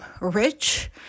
rich